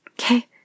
Okay